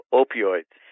opioids